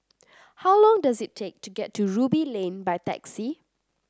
how long does it take to get to Ruby Lane by taxi